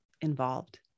involved